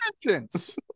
sentence